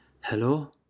hello